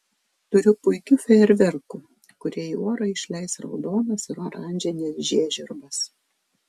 turiu puikių fejerverkų kurie į orą išleis raudonas ir oranžines žiežirbas